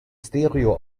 stereo